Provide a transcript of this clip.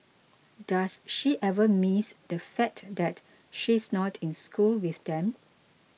does she ever miss the fact that she is not in school with them